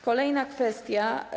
Kolejna kwestia.